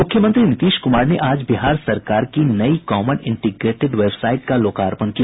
मुख्यमंत्री नीतीश कुमार ने आज बिहार सरकार की नई कॉमन इंटीग्रेटेड वेबसाईट का लोकार्पण किया